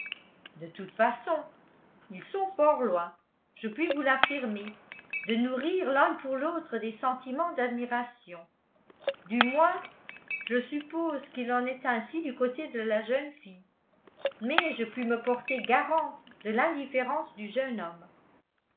de toute façon ils sont fort loin je puis vous l'affirmer de nourrir l'un pour l'autre des sentiments d'admiration du moins je suppose qu'il en est ainsi du côté de la jeune fille mais je puis me porter garante de l'indifférence du jeune homme